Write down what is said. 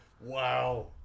Wow